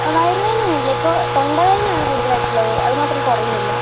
വയറു വേദനയൊന്നുമില്ലെ ഇപ്പോൾ തൊണ്ട വേദനയാണ് കൂടുതലായിട്ടുള്ളത് അത് മാത്രം കുറയുന്നില്ല